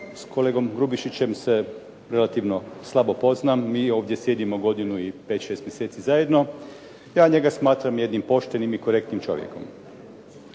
s kolegom Grubišićem se relativno slabo poznam. Mi ovdje sjedimo godinu i 5, 6 mjeseci zajedno. Ja njega smatram jednim poštenim i korektnim čovjekom.